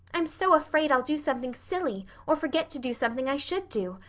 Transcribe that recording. i'm so afraid i'll do something silly or forget to do something i should do.